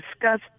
discuss